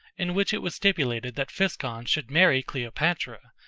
in which it was stipulated that physcon should marry cleopatra,